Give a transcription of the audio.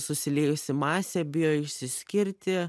susiliejusi masė bijo išsiskirti